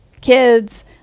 kids